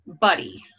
buddy